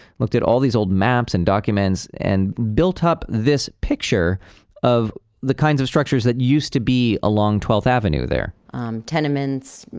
looked at all these old maps and documents and built up this picture of the kinds of structures that used to be along twelfth avenue there um tenements,